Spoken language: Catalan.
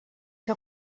que